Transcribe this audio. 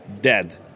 dead